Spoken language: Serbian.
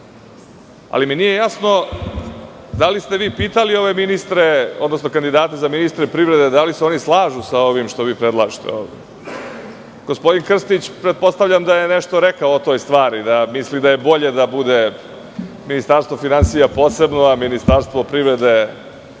ali mi nije jasno da li ste vi pitali ove ministre, odnosno kandidate za ministre privrede da li se oni slažu sa ovim što vi predlažete ovde. Gospodin Krstić pretpostavljam da je nešto rekao o toj stvari da misli da je bolje da bude Ministarstvo finansija posebno, a Ministarstvo privrede